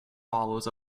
follows